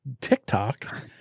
TikTok